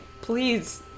please